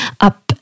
up